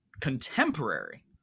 contemporary